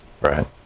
Right